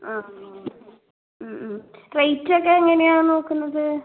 ആ ഉം ഉം റേറ്റ് ഒക്കെ എങ്ങനെയാണ് നോക്കുന്നത്